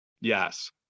yes